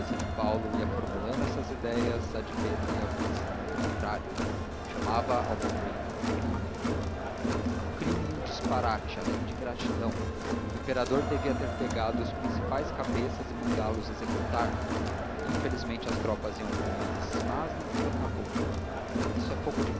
cabeça de paulo ia formulando essas ideias a de pedro ia pensando o contrário chamava ao movimento um crime um crime e um disparate além de ingratidão o imperador devia ter pegado os principais cabeças e mandá los executar infelizmente as tropas iam com eles mas nem tudo acabou isto é fogo de